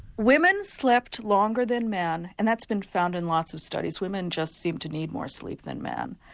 women slept longer than men and that's been found in lots of studies, women just seem to need more sleep than men.